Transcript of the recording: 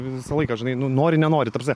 visą laiką žinai nu nori nenori ta prasme